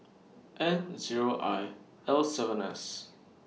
N Zero I L seven S